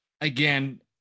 again